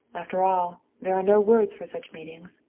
after all, there are no words for such meetings.